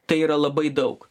tai yra labai daug